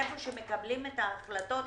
איפה שמקבלים את ההחלטות,